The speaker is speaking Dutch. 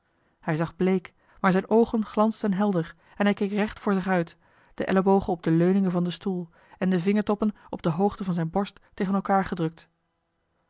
hij zag bleek maar zijn oogen glansden helder en hij keek recht voor zich uit de ellebogen joh h been paddeltje de scheepsjongen van michiel de ruijter op de leuningen van den stoel en de vingertoppen op de hoogte van zijn borst tegen elkaar gedrukt